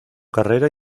carrera